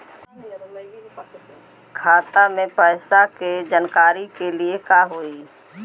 खाता मे पैसा के जानकारी के लिए का होई?